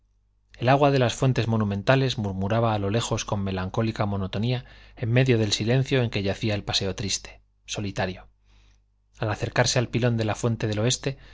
el agua de las fuentes monumentales murmuraba a lo lejos con melancólica monotonía en medio del silencio en que yacía el paseo triste solitario al acercarse al pilón de la fuente de oeste